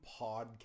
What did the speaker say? podcast